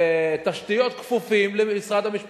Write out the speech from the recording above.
כפוף לזה.